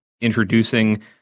introducing